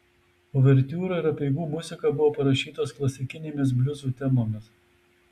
uvertiūra ir apeigų muzika buvo parašytos klasikinėmis bliuzų temomis